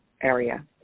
area